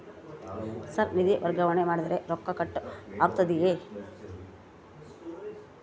Sir ನಿಧಿ ವರ್ಗಾವಣೆ ಮಾಡಿದರೆ ರೊಕ್ಕ ಕಟ್ ಆಗುತ್ತದೆಯೆ?